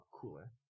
cooler